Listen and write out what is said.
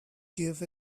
give